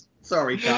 sorry